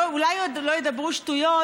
אולי לא ידברו שטויות,